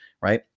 right